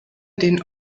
den